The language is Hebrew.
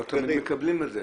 לא תמיד הם מקבלים את זה.